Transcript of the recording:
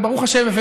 וברוך השם,